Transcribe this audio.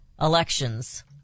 elections